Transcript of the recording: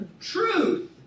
truth